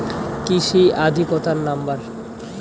কৃষি অধিকর্তার নাম্বার?